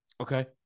Okay